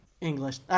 English